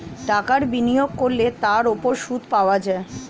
টাকা বিনিয়োগ করলে তার উপর সুদ পাওয়া যায়